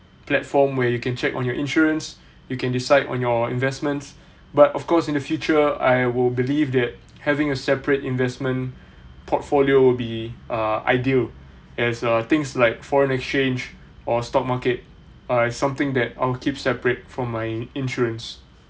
platform where you can check on your insurance you can decide on your investments but of course in the future I will believe that having a separate investment portfolio will be uh ideal as err things like foreign exchange or stock market or something that I'll keep separate from my insurance